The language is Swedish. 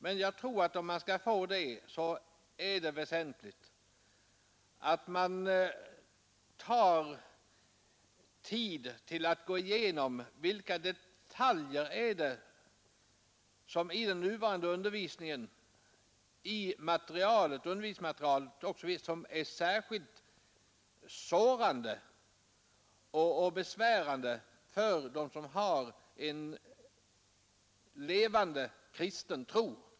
Men om vi skall nå dithän är det väsentligt att man tar tid att gå igenom vilka detaljer i det nuvarande undervisningsmaterialet som är så sårande och besvärande för dem som har en levande kristen tro.